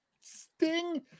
Sting